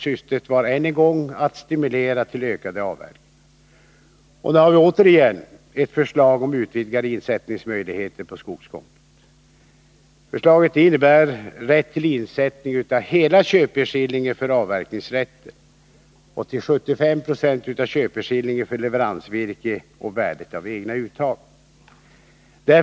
Syftet var än en gång att stimulera till ökade avverkningar. Nu har vi återigen ett förslag om utvidgade möjligheter till insättning på skogskonto. Förslaget innebär rätt till insättning av hela köpeskillingen för avverkningsrätten och till insättning av 75 90 av köpeskillingen för leveransvirke och värdet av egna uttag.